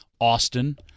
Austin